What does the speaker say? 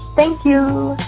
thank you